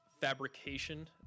fabrication